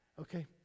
Okay